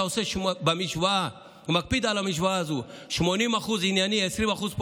עושה משוואה ומקפיד על המשוואה הזו של 80% ענייני ו-20% פוליטיקה,